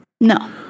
No